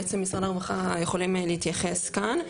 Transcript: בעצם משרד הרווחה יכולים להתייחס כאן,